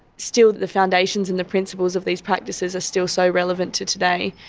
still the foundations and the principles of these practices are still so relevant to today,